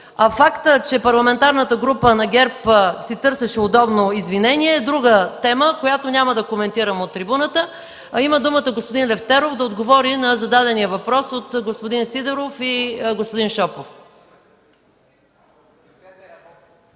Фактът, че Парламентарната група на ГЕРБ си търсеше удобно извинение, е друга тема, която няма да коментирам от трибуната. Има думата господин Лефтеров да отговори на зададения от господин Сидеров и господин Шопов